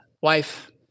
wife